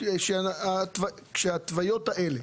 כשההתוויות האלה